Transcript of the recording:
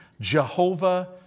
Jehovah